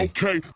Okay